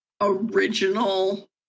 original